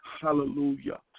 hallelujah